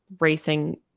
racing